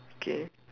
okay